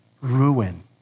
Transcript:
ruin